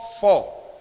four